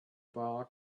bar